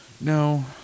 No